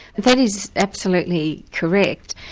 that is absolutely correct.